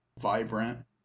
vibrant